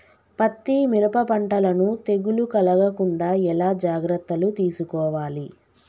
పత్తి మిరప పంటలను తెగులు కలగకుండా ఎలా జాగ్రత్తలు తీసుకోవాలి?